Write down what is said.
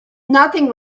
nothing